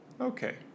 Okay